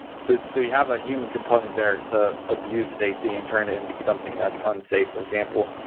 so so you have a human component there to abuse safety and turn it into something that's unsafe. for example,